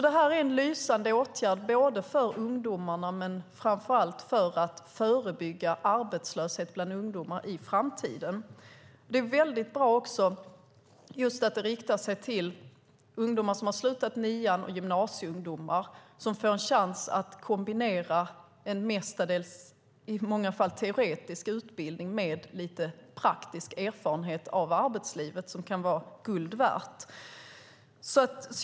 Det här är en lysande åtgärd för både ungdomarna och framför allt för att förebygga arbetslöshet bland ungdomar i framtiden. Det är bra att jobben riktar sig till ungdomar som har slutat nian och gymnasieungdomar, som får en chans att kombinera en mestadels teoretisk utbildning med lite praktisk erfarenhet av arbetslivet som kan vara guld värd.